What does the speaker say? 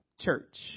church